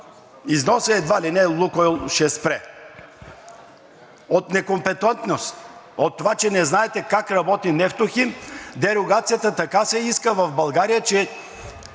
износа – едва ли не „Лукойл“ ще спре. От некомпетентност, от това, че не знаете как работи „Нефтохим“, дерогацията така се иска в България, че